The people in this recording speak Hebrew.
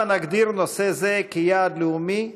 הבה נגדיר נושא זה כיעד לאומי,